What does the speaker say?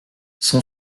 son